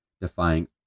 defying